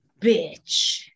bitch